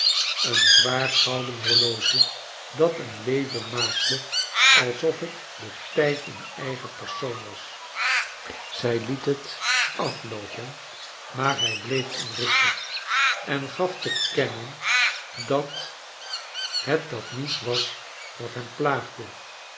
een zwaar gouden horloge dat een leven maakte alsof het de tijd in eigen persoon was zij het het afloopen maar hij bleef onrustig en gaf te kennen dat het dat niet was wat hem plaagde